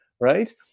right